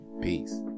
Peace